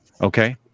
Okay